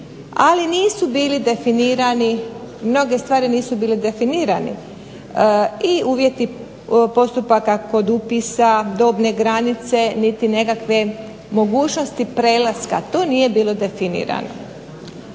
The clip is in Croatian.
Ali nisu bili definirani. Mnoge stvari nisu bile definirane. I uvjeti postupaka kod upisa, dobne granice niti nekakve mogućnosti prelaska. To nije bilo definirano.